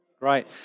Great